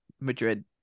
Madrid